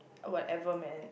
whatever man